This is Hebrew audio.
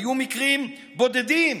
היו מקרים בודדים.